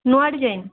ନୂଆ ଡିଜାଇନ୍